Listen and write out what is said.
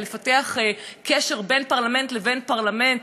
לפתח קשר בין פרלמנט לבין פרלמנט.